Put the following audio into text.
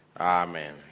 Amen